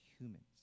humans